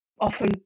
often